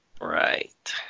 Right